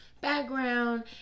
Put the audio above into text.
background